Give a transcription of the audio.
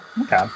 Okay